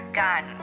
gun